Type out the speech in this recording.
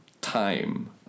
time